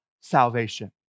salvation